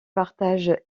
partagent